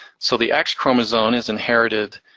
so the x-chromosome is inherited.